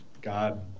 God